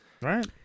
right